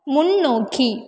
முன்னோக்கி